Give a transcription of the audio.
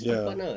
ya